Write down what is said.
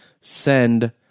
Send